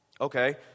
Okay